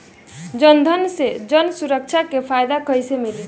जनधन से जन सुरक्षा के फायदा कैसे मिली?